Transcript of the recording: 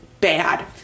bad